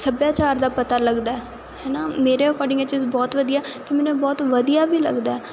ਸੱਭਿਆਚਾਰ ਦਾ ਪਤਾ ਲੱਗਦਾ ਹਨਾ ਮੇਰੇ ਅਕੋਰਡਿੰਗ ਇਹ ਚੀਜ਼ ਬਹੁਤ ਵਧੀਆ ਤੇ ਮੈਨੂੰ ਬਹੁਤ ਵਧੀਆ ਵੀ ਲੱਗਦਾ